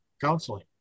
counseling